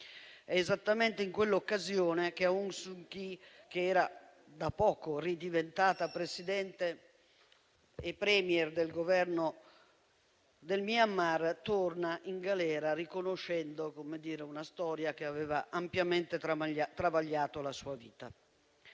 È esattamente in quell'occasione che Aung San Suu Kyi, che era da poco ridiventata Presidente e *Premier* del Governo del Myanmar, torna in galera, rivivendo una storia che aveva ampiamente travagliato la sua vita.